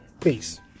Peace